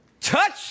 Touch